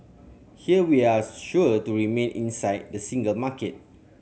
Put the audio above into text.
here we are sure to remain inside the single market